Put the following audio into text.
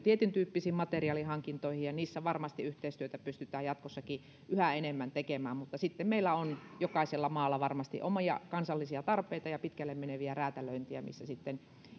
tietyntyyppisiin materiaalihankintoihin ja niissä varmasti yhteistyötä pystytään jatkossakin yhä enemmän tekemään mutta sitten meillä on jokaisella maalla varmasti omia kansallisia tarpeita ja pitkälle meneviä räätälöintejä missä sitten